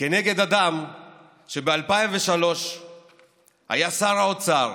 כנגד אדם שב-2003 היה שר האוצר.